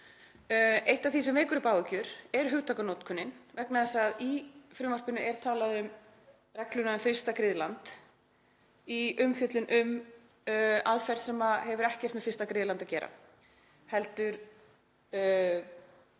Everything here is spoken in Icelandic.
Eitt af því sem veldur áhyggjum er hugtakanotkunin vegna þess að í frumvarpinu er talað um regluna um fyrsta griðland í umfjöllun um aðferð sem hefur ekkert með fyrsta griðland að gera